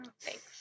Thanks